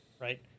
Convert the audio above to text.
right